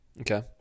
Okay